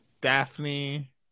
daphne